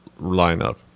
lineup